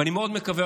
ואני מאוד מקווה,